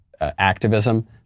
activism